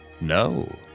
No